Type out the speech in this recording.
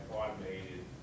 automated